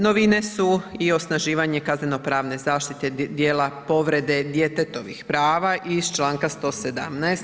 Novine su i osnaživanje kaznenopravne zaštite dijela povrede djetetovih prava iz članka 117.